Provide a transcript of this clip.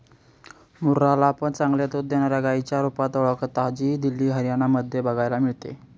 मुर्रा ला पण चांगले दूध देणाऱ्या गाईच्या रुपात ओळखता, जी दिल्ली, हरियाणा मध्ये बघायला मिळते